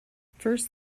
first